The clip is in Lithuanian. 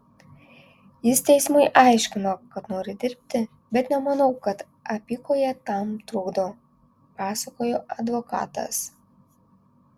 jis teismui aiškino kad nori dirbti bet nemanau kad apykojė tam trukdo pasakojo advokatas